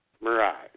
Right